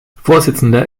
vorsitzender